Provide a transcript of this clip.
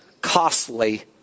costly